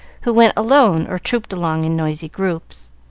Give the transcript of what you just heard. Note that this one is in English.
who went alone or trooped along in noisy groups.